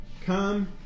Come